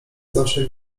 zawsze